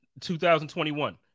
2021